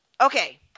okay